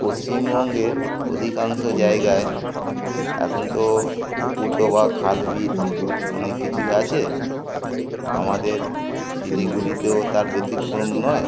পশ্চিমবঙ্গের অধিকাংশ জায়গায় এখন তো পুকুর ডোবা খাল বিল অনেক কিছুই আছে আমাদের শিলিগুড়িতেও তার ব্যতিক্রম নয়